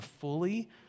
fully